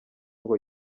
ngo